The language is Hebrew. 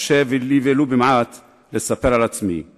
הרשה לי לספר על עצמי ולו מעט.